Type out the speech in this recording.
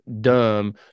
dumb